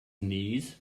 knees